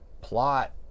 Plot